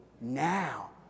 Now